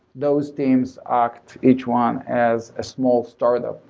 those teams act each one as a small startup,